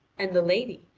and the lady,